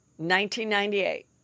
1998